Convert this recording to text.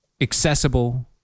accessible